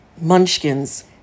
munchkins